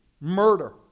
murder